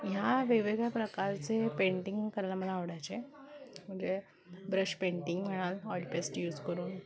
ह्या वेगवेगळ्या प्रकारचे पेंटिंग करायला मला आवडायचे म्हणजे ब्रश पेंटिंग म्हणाल ऑइल पेस्ट यूज करून